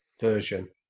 version